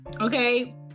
Okay